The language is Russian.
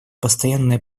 постоянное